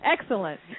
Excellent